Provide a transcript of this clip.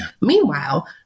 Meanwhile